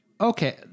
okay